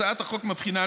הצעת החוק מבחינה,